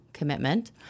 Commitment